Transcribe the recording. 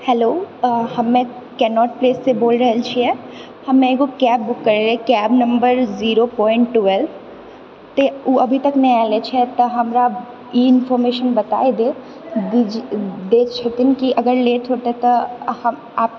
hello हमे केनोट प्लेससँ बोलि रहल छिऐ हमे एगो कैब बुक करए रहै cab number zero point twelve तऽ ओ अभी तक नहि आएल अछि तऽ हमरा ई इनफार्मेशन बताए दे दए छथिन कि अगर लेट होतै तऽ हम आप